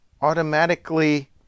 automatically